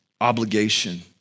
obligation